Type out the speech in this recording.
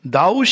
Thou